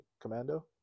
Commando